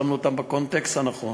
שמנו אותם בקונטקסט הנכון.